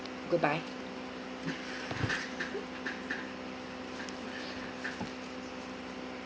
goodbye